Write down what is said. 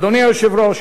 אדוני היושב-ראש,